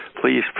please